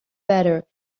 better